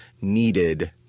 needed